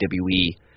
WWE